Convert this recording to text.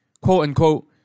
quote-unquote